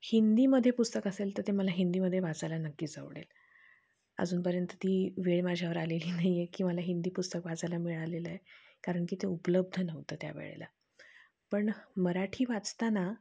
हिंदीमध्ये पुस्तक असेल तर ते मला हिंदीमध्ये वाचायला नक्कीच आवडेल अजूनपर्यंत ती वेळ माझ्यावर आलेली नाही आहे की मला हिंदी पुस्तक वाचायला मिळालेलं आहे कारण की ते उपलब्ध नव्हतं त्यावेळेला पण मराठी वाचताना